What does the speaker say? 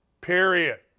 Period